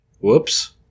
Whoops